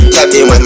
Captain